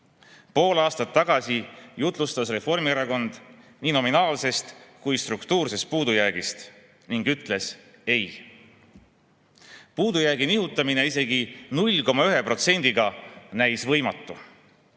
Pool aastat tagasi jutlustas Reformierakond nii nominaalsest kui ka struktuursest puudujäägist ning ütles ei. Puudujäägi nihutamine isegi 0,1%‑ga näis võimatu.